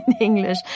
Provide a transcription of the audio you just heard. English